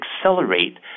accelerate